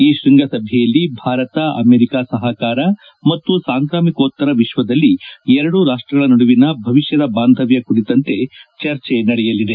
ಈ ಶ್ವಂಗಸಭೆಯಲ್ಲಿ ಭಾರತ ಅಮೆರಿಕ ಸಹಕಾರ ಮತ್ತು ಸಾಂಕ್ರಾಮಿಕೋತ್ತರ ವಿಶ್ವದಲ್ಲಿ ಎರಡೂ ರಾಷ್ಷಗಳ ನಡುವಿನ ಭವಿಷ್ಯದ ಬಾಂಧವ್ಲ ಕುರಿತಂತೆ ಚರ್ಚೆ ನಡೆಯಲಿದೆ